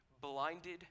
blinded